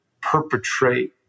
perpetrate